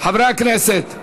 חברי הכנסת.